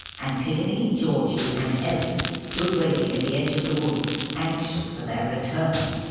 antigone, georgie and eric stood waiting at the edge of the woods, anxious for their return.